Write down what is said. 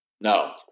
No